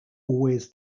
always